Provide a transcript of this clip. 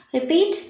Repeat